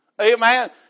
Amen